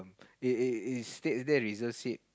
it it it state there reserved seat